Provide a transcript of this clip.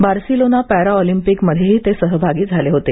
Barcelona para ऑलम्पिकमध्ये ते सहभागी झालेहोते